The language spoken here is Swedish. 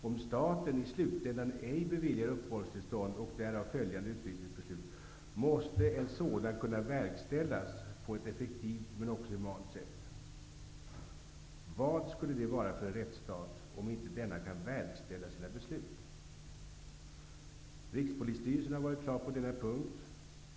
Om staten i slutändan ej beviljar uppehållstillstånd utan fattar beslut om utvisning, måste en utvisning kunna verkställas på ett effektivt men också humant sätt. Vad skulle det vara för en rättsstat om denna inte kan verkställa sina beslut? Rikspolisstyrelsen har varit klar på denna punkt.